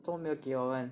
做什么没有给我们